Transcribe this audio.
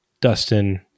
Dustin